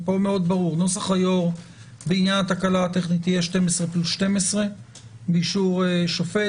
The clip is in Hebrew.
נוסח היו"ר בעניין התקלה הטכנית יהיה 12 פלוס 12 באישור שופט.